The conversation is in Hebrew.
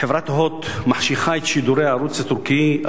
חברת "הוט" מחשיכה את שידורי הערוץ הטורקי,